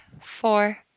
four